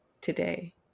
today